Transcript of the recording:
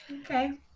okay